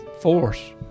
force